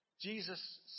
Jesus